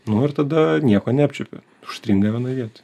nu ir tada nieko neapčiuopia užstringa vienoj vietoj